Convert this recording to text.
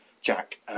Jack